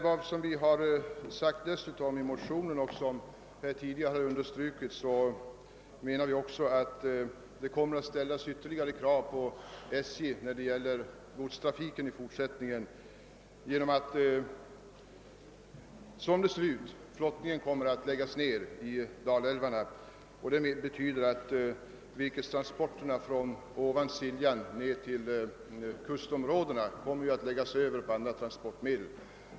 Vi har dessutom i motionerna framhållit att det kommer att ställas ytterligare krav på SJ i fråga om godstrafiken till följd av att flottningen, såsom det verkar, kommer att läggas ned i Dalälvarna. Virkestransporterna från Ovansiljan ned till kustområdena kommer då att läggas över på andra transportmedel.